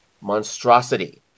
monstrosity